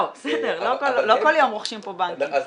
לא, בסדר, לא כל יום רוכשים פה בנקים.